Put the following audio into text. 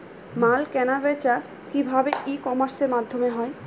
মাল কেনাবেচা কি ভাবে ই কমার্সের মাধ্যমে হয়?